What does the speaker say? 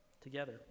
together